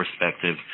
perspective